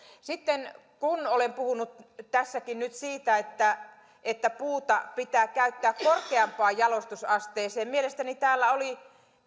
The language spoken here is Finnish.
sitten kun olen puhunut tässäkin nyt siitä että että puuta pitää käyttää korkeampaan jalostusasteeseen mielestäni täällä oli